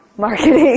marketing